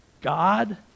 God